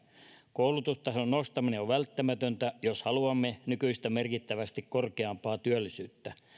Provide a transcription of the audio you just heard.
koulutustason nostaminen on välttämätöntä jos haluamme nykyistä merkittävästi korkeampaa työllisyyttä